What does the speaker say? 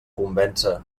convèncer